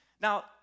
Now